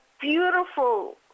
beautiful